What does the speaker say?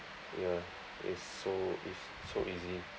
ya it's so it's so easy